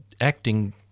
acting